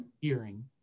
Hearing